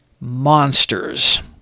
monsters